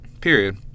Period